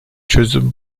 çözüm